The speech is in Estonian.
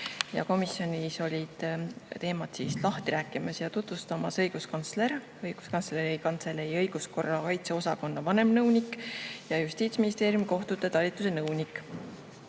Komisjonis olid teemat lahti rääkimas ja tutvustamas õiguskantsler, Õiguskantsleri Kantselei õiguskorra kaitse osakonna vanemnõunik ja Justiitsministeeriumi kohtute talituse nõunik. Toimus